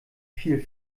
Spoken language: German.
viel